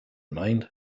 mind